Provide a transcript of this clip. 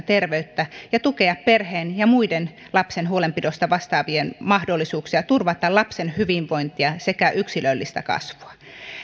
terveyttä ja tukea perheen ja muiden lapsen huolenpidosta vastaavien mahdollisuuksia turvata lapsen hyvinvointia sekä yksilöllistä kasvua